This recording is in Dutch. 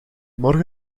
morgen